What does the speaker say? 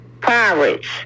pirates